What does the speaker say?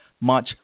March